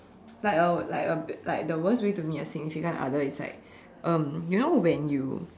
like a like a bit like the worst way to meet a significant other is like um you know when you